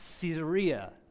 Caesarea